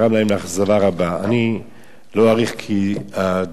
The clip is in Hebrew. אני לא אאריך, כי הדקות כבר הסתיימו.